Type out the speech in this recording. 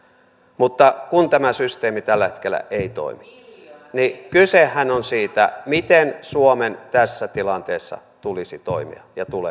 mutta kun tämä systeemi tällä hetkellä ei toimi niin kysehän on siitä miten suomen tässä tilanteessa tulisi toimia ja tulee toimia